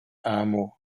amo